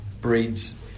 breeds